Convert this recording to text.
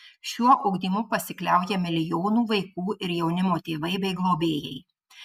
šiuo ugdymu pasikliauja milijonų vaikų ir jaunimo tėvai bei globėjai